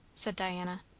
said diana.